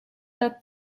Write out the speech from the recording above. that